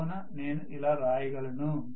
కావున నేను ఇలా రాయగలను